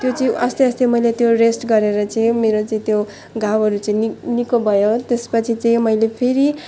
र त्यो चाहिँ आस्ते आस्ते मैले त्यो रेस्ट गरेर चाहिँ मेरो चाहिँ त्यो घाउहरू चाहिँ नि निको भयो त्यसपछि चाहिँ मैले फेरि